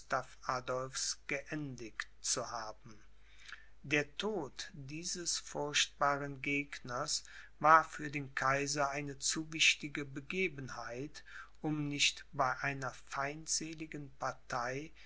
adolphs geendigt zu haben der tod dieses furchtbaren gegners war für den kaiser eine zu wichtige begebenheit um nicht bei einer feindseligen partei